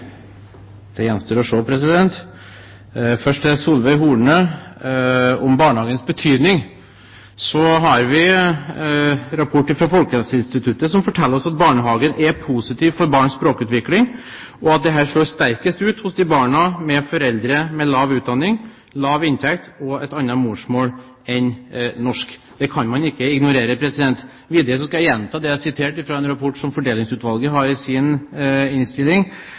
Det gjenstår å se. Først til Solveig Horne om barnehagens betydning. Vi har rapport fra Folkehelseinstituttet som forteller oss at barnehagen er positiv for barns språkutvikling, og at dette slår sterkest ut hos barn av foreldre med lav utdanning, lav inntekt og et annet morsmål enn norsk. Det kan man ikke ignorere. Jeg skal sitere videre fra Fordelingsutvalgets rapport, hvor det står om barn i